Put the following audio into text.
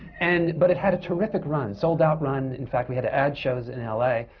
and but it had a terrific run, sold-out run. in fact, we had to add shows in l a.